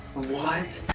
what